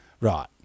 Right